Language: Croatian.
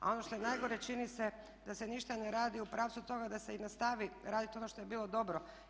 A ono što je najgore čini se da se ništa ne radi u pravcu toga da se i nastavi raditi ono što je bilo dobro.